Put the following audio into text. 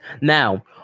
Now